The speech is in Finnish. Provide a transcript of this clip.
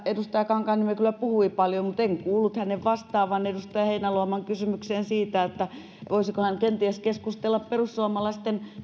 edustaja kankaanniemi kyllä puhui paljon mutta en kuullut hänen vastaavan edustaja heinäluoman kysymykseen siitä voisiko hän kenties keskustella perussuomalaisten